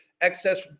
excess